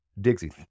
Dixie